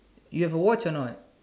you have a watch or not